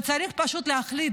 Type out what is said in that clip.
וצריך פשוט להחליט,